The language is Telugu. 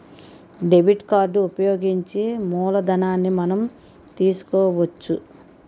డెబిట్ కార్డు ఉపయోగించి మూలధనాన్ని మనం తీసుకోవచ్చు